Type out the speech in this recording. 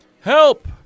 help